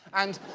and,